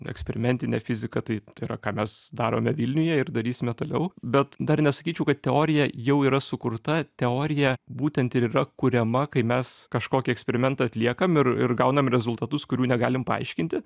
eksperimentinė fizika tai tai yra ką mes darome vilniuje ir darysime toliau bet dar nesakyčiau kad teorija jau yra sukurta teorija būtent ir yra kuriama kai mes kažkokį eksperimentą atliekam ir ir gaunam rezultatus kurių negalim paaiškinti